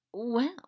Well